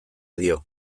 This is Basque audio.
dio